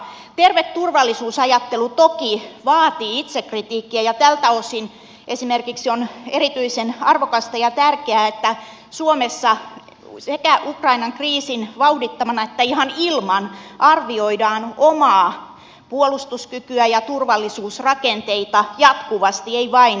terve turvallisuusajattelu toki vaatii itsekritiikkiä ja tältä osin esimerkiksi on erityisen arvokasta ja tärkeää että suomessa sekä ukrainan kriisin vauhdittamana että ihan ilman arvioidaan omaa puolustuskykyä ja turvallisuusrakenteita jatkuvasti ei vain juuri nyt